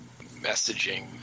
messaging